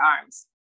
arms